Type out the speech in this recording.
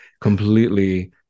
completely